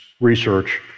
research